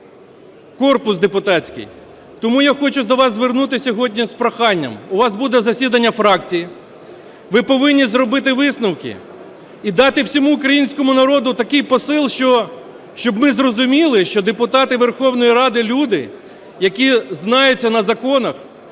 корпус депутатський. Тому я хочу до вас звернутися сьогодні з проханням. У вас буде засідання фракції. Ви повинні зробити висновки і дати всьому українському народу такий посил, щоб ми зрозуміли, що депутати Верховної Ради – люди, які знаються на законах